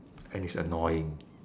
and it's annoying